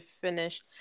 finish